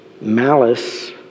Malice